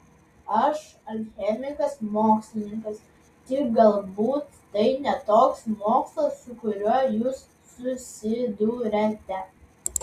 aš alchemikas mokslininkas tik galbūt tai ne toks mokslas su kuriuo jūs susiduriate